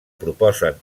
proposen